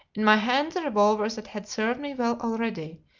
in my hand the revolver that had served me well already,